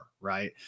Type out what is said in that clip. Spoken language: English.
right